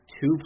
two